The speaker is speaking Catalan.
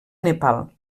nepal